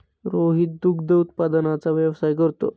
रोहित दुग्ध उत्पादनाचा व्यवसाय करतो